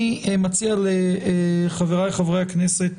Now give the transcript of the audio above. אני מציע לחבריי חברי הכנסת